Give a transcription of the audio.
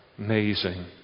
Amazing